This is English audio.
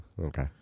Okay